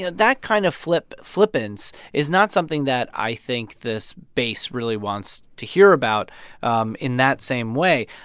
yeah that kind of flippance flippance is not something that i think this base really wants to hear about um in that same way.